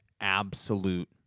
absolute